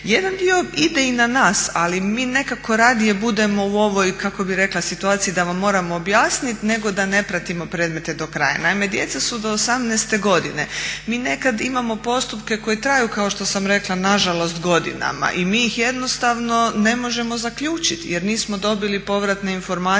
Jedan dio ide i na nas ali mi nekako radije budemo u ovoj kako bi rekla situaciji da vam moramo objasniti nego da ne pratimo predmete do kraja. Naime, djeca su do 18. godine. Mi nekad imamo postupke koji traju kao što sam rekla nažalost godinama i mi ih jednostavno ne možemo zaključiti jer nismo dobili povratne informacije